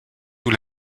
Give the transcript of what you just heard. sous